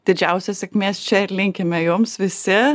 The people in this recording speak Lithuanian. didžiausios sėkmės čia ir linkime jums visi